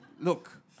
Look